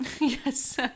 Yes